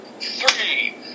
three